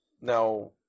now